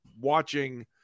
watching